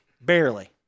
barely